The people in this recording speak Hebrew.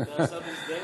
הוא לא יכול להצביע.